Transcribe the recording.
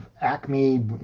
Acme